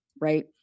Right